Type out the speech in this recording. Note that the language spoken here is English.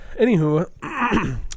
Anywho